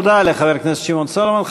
תודה לחבר הכנסת שמעון סולומון.